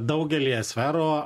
daugelyje sferų